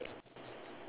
ya correct